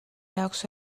jaoks